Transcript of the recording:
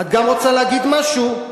את גם רוצה להגיד משהו?